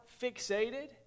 fixated